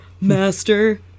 Master